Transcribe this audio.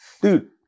Dude